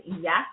yes